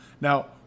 Now